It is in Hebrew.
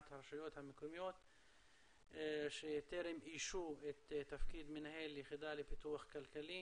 הרשויות המקומיות שטרם איישו את תפקיד מנהל היחידה לפיתוח כלכלי